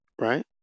Right